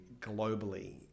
globally